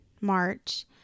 March